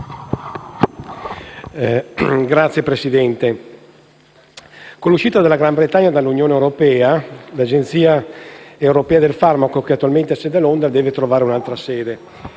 Signora Presidente, con l'uscita del Regno Unito dall'Unione europea, l'Agenzia europea del farmaco, che attualmente ha sede a Londra, deve trovare un'altra sede.